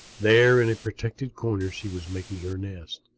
there, in a protected corner, she was making her nest.